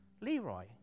Leroy